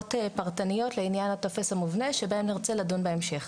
הערות פרטניות לעניין הטופס המובנה שבהם נרצה לדון בהמשך.